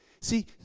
See